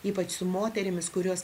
ypač su moterimis kurios